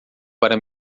para